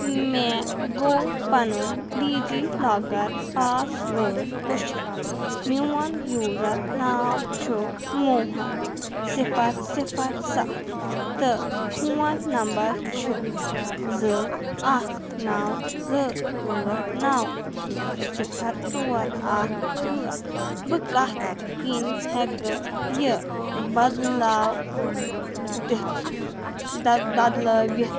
مےٚ گوٚو پَنُن D G locker password مٔشِد میون یوٗزَر ناو چھُ موہن صِفر صِفر سَتھ تہٕ فون نمبر چھُ زٕ اکھ نَو زٕ ٲٹھ نَو صِفر ژور اکھ ٲٹھ بہٕ کَتھ کِنۍ ہٮ۪کہٕ یہِ بدلاوتِتھ دَ بدلٲوِتھ